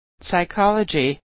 Psychology